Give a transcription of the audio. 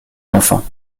l’enfant